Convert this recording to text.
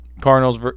Cardinals